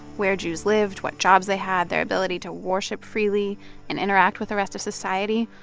where jews lived, what jobs they had, their ability to worship freely and interact with the rest of society,